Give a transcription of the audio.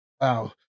Wow